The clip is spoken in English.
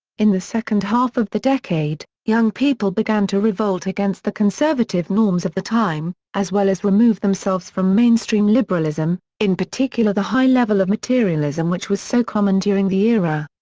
in the second half of the decade, young people began to revolt against the conservative norms of the time, as well as remove themselves from mainstream liberalism, in particular the high level of materialism which was so common during the era.